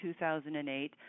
2008